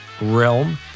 realm